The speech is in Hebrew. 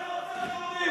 מי רוצח יהודים?